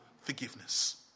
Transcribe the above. forgiveness